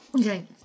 Okay